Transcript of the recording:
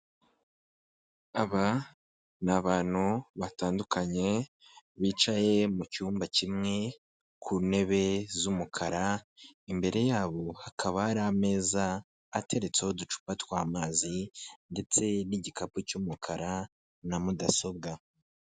Inyubako nini baragaragaza ko iherereye Kibagabaga Kigali kandi barerekana ko iri kugurishwa amadolari ibihumbi ijana na mirongo itatu na bitanu iki ni ikintu gishyirwa ku nzu cyangwa se gishyirwa ahantu umuntu ari kugurisha agamije ko abantu babona icyo agambiriye cyangwa se bamenya ko niba agiye kugurisha bamenya agaciro , igenagaciro ry'icyo kintu ashaka kugurisha .